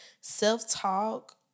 self-talk